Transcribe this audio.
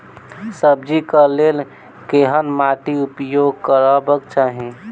सब्जी कऽ लेल केहन माटि उपयोग करबाक चाहि?